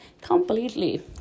completely